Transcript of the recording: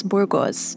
Burgos